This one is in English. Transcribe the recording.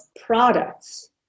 products